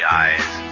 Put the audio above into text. eyes